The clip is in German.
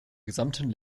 gesamten